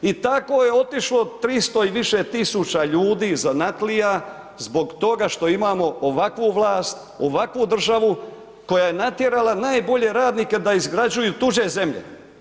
I tako je otišlo 300 i više tisuća ljudi, zanatlija zbog toga što imamo ovakvu vlast, ovakvu državu koja je natjerala najbolje radnike da izgrađuju tuđe zemlje.